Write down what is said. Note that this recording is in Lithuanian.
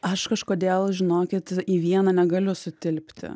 aš kažkodėl žinokit į vieną negaliu sutilpti